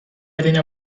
arena